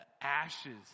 ashes